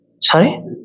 Sorry